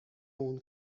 اون